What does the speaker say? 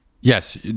Yes